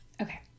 Okay